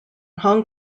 hong